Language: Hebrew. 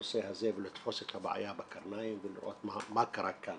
הנושא הזה ולתפוס את הבעיה בקרניים ולראות מה קרה כאן.